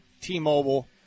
T-Mobile